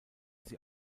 sie